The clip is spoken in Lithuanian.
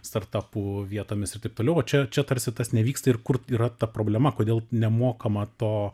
startapų vietomis ir taip toliau o čia čia tarsi tas nevyksta ir kur yra ta problema kodėl nemokama to